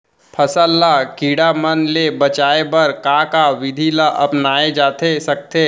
फसल ल कीड़ा मन ले बचाये बर का का विधि ल अपनाये जाथे सकथे?